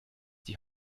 die